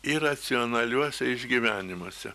iracionaliuose išgyvenimuos